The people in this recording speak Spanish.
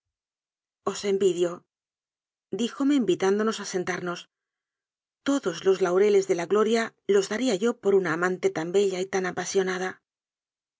os envidiodíjome in vitándonos a sentarnos todos los laureles de la gloria los daría yo por una amante tan bella y tan apasionada